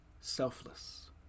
Selfless